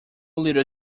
little